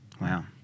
Wow